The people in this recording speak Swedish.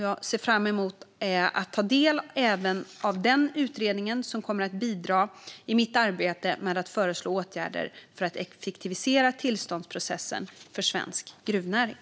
Jag ser fram emot att ta del av även den utredningen som kommer att bidra i mitt arbete med att föreslå åtgärder för att effektivisera tillståndsprocessen för svensk gruvnäring.